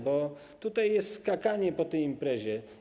Bo tutaj jest skakanie po tej imprezie.